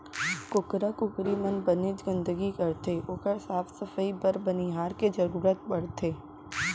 कुकरा कुकरी मन बनेच गंदगी करथे ओकर साफ सफई बर बनिहार के जरूरत परथे